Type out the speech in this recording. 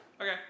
Okay